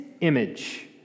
image